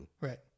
Right